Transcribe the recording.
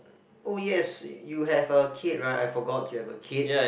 oh yes you have a kid right I forgot you have a kid